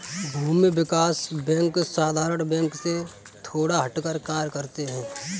भूमि विकास बैंक साधारण बैंक से थोड़ा हटकर कार्य करते है